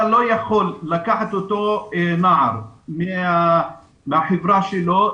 אתה לא יכול לקחת את אותו נער מהחברה שלו,